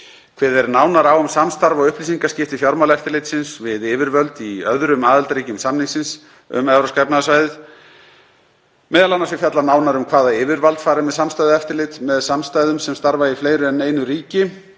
Kveðið er nánar á um samstarf og upplýsingaskipti Fjármálaeftirlitsins við yfirvöld í öðrum aðildarríkjum samningsins um Evrópska efnahagssvæðið. Meðal annars er fjallað nánar um hvaða yfirvald fari með samstæðueftirlit með samstæðum sem starfa í fleiri en einu ríki,